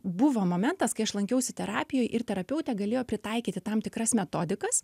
buvo momentas kai aš lankiausi terapijoj ir terapeutė galėjo pritaikyti tam tikras metodikas